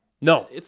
No